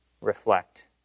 reflect